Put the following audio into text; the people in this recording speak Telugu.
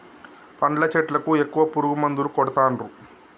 పండ్ల చెట్లకు ఎక్కువ పురుగు మందులు కొడుతాన్రు